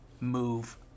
move